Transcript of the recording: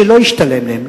שלא ישתלם להם.